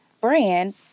brand